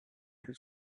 his